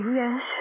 yes